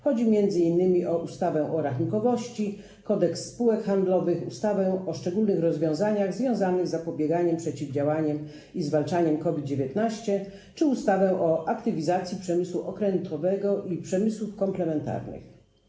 Chodzi m.in. o ustawę o rachunkowości, Kodeks spółek handlowych, ustawę o szczególnych rozwiązaniach związanych z zapobieganiem, przeciwdziałaniem i zwalczaniem COVID-19 czy ustawę o aktywizacji przemysłu okrętowego i przemysłów komplementarnych.